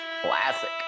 Classic